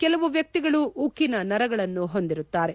ಕೆಲವು ವ್ಹಿತಿಗಳು ಉಕ್ಕಿನ ನರಗಳನ್ನು ಹೊಂದಿರುತ್ತಾರೆ